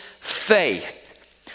faith